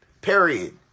Period